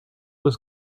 was